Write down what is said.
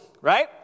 Right